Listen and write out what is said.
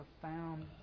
profound